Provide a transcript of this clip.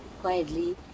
quietly